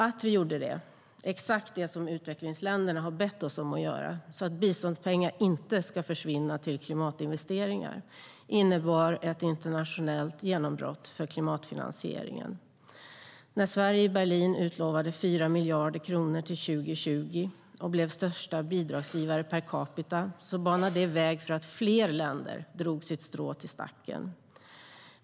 Att vi gjorde det, exakt det som utvecklingsländerna bett oss göra, så att biståndspengar inte ska försvinna till klimatinvesteringar, innebar ett internationellt genombrott för klimatfinansieringen. När Sverige i Berlin utlovade 4 miljarder kronor till 2020 och därmed blev största bidragsgivare per capita banade det väg för att fler länder drog sitt strå till stacken.